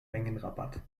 mengenrabatt